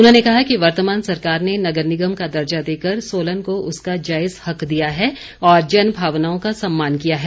उन्होंने कहा कि वर्तमान सरकार ने नगर निगम का दर्जा देकर सोलन को उसका जायज हक दिया है और जन भावनाओं का सम्मान किया है